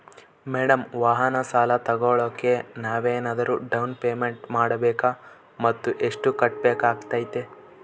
Madam ವಾಹನ ಸಾಲ ತೋಗೊಳೋಕೆ ನಾವೇನಾದರೂ ಡೌನ್ ಪೇಮೆಂಟ್ ಮಾಡಬೇಕಾ ಮತ್ತು ಎಷ್ಟು ಕಟ್ಬೇಕಾಗ್ತೈತೆ?